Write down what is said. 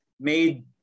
made